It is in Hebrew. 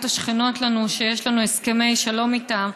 השכנות לנו שיש לנו הסכמי שלום איתן,